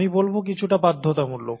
আমি বলব কিছুটা বাধ্যতামূলক